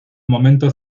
momento